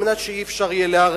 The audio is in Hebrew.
על מנת שלא יהיה אפשר לערער,